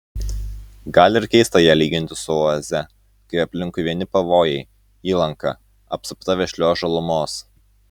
gal ir keista ją lyginti su oaze kai aplinkui vieni pavojai įlanka apsupta vešlios žalumos